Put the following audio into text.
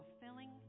fulfilling